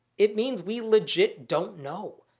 it means we legit don't know.